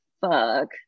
fuck